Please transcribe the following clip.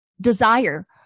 desire